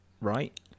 Right